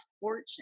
fortune